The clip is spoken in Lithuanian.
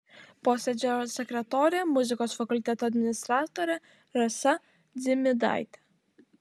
posėdžio sekretorė muzikos fakulteto administratorė rasa dzimidaitė